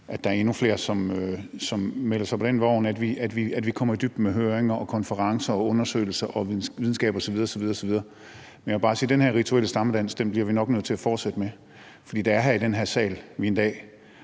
have det legaliseret – som melder sig på den vogn, og at vi kommer i dybden med høringer, konferencer, undersøgelser, videnskab osv. osv. Men jeg vil bare sige, at den her rituelle stammedans bliver vi nok nødt til at fortsætte med, for det er i den her sal, vi en dag